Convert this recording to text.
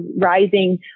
rising